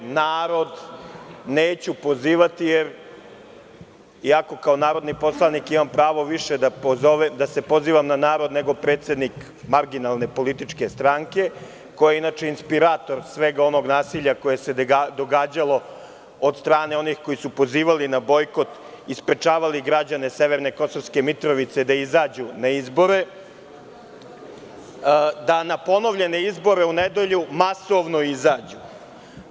Narod neću pozivati, jer iako kao narodni poslanik imam pravo više da se pozivam na narod, nego predsednik marginalne političke stranke, koja je inače inspirator svog onog nasilja koje se događalo od strane onih koji su pozivali na bojkot i sprečavali građane severne Kosovske Mitrovice da izađu na izbore, da na ponovljene izbore, u nedelju masovno izađu na ponovljene izbore.